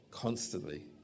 Constantly